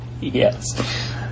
Yes